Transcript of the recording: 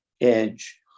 edge